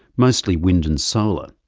mostly wind and solar.